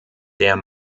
der